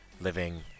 living